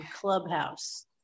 Clubhouse